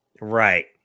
right